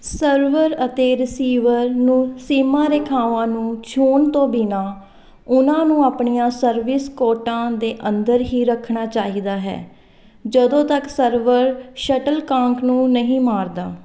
server ਅਤੇ receiver ਨੂੰ ਸੀਮਾ ਰੇਖਾਵਾਂ ਨੂੰ ਛੂਹਣ ਤੋਂ ਬਿਨਾਂ ਉਹਨਾਂ ਨੂੰ ਆਪਣੀਆਂ ਸਰਵਿਸ ਕੋਟਾਂ ਦੇ ਅੰਦਰ ਹੀ ਰੱਖਣਾ ਚਾਹੀਦਾ ਹੈ ਜਦੋਂ ਤੱਕ ਸਰਵਰ ਸ਼ਟਲਕਾਂਕ ਨੂੰ ਨਹੀਂ ਮਾਰਦਾ